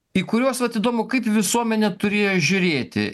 į kuriuos vat įdomu kaip visuomenė turėjo žiūrėti